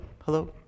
Hello